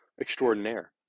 extraordinaire